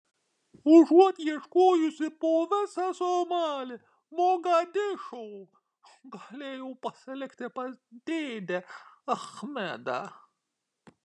užuot ieškojusi po visą somalį mogadišo galėjau pasilikti pas dėdę achmedą